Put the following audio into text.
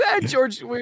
George